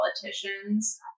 politicians